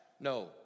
No